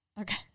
Okay